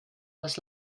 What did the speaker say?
was